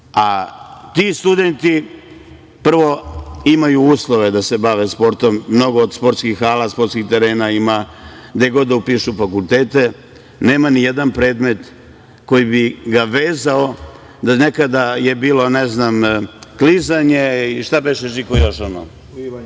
a ti studenti prvo imaju uslove da se bave sportom, mnogo sportskih hala, sportskih terena ima, gde god da upišu fakultet, nema ni jedan predmet koji bi ga vezao, nekada je bilo klizanje i plivanje. Fizičko mora